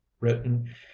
written